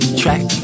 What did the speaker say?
track